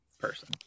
person